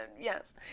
yes